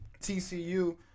TCU